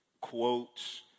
quotes